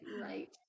right